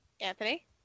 Anthony